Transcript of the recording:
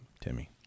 Timmy